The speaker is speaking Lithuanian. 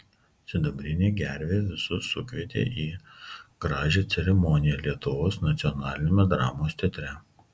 sidabrinė gervė visus sukvietė į gražią ceremoniją lietuvos nacionaliniame dramos teatre